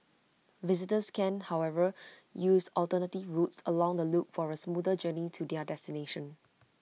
visitors can however use alternative routes along the loop for A smoother journey to their destination